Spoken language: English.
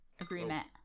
agreement